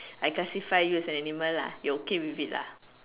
I classify you as an animal lah you okay with it lah